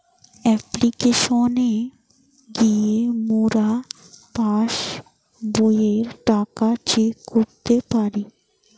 অপ্লিকেশনে গিয়ে মোরা পাস্ বইয়ের টাকা চেক করতে পারি